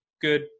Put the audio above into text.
good